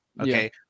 Okay